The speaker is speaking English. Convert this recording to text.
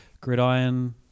gridiron